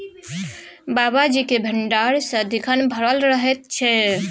बाबाजीक भंडार सदिखन भरल रहैत छै